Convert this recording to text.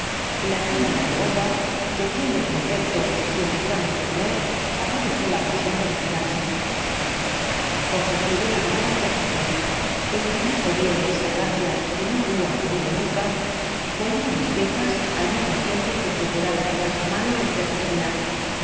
la tímida devota que tene en efecto sus razones de temer aprovechó la ocasión de retirarse ofredile la níano que aéeptó é infiriendo bien de esta gracia que no habia obtenido nunca volvi á mis quejas al mbmo tiempo que procuraba cerrar su mano entre las mias